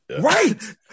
Right